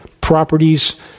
properties